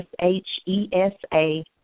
S-H-E-S-A